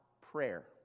prayer